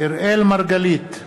אראל מרגלית,